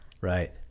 Right